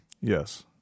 Yes